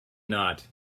not